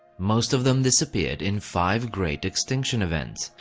most of them disappeared in five great extinction events.